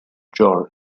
georg